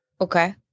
Okay